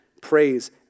praise